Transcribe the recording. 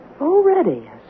Already